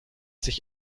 sich